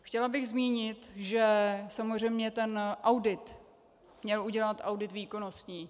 Chtěla bych zmínit, že samozřejmě ten audit měl udělat audit výkonností.